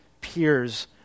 peers